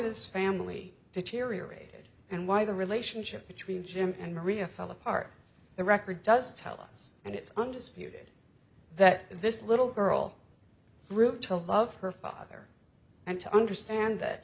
this family deteriorated and why the relationship between jim and maria fell apart the record does tell us and it's undisputed that this little girl grew to love her father and to understand that